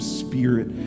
spirit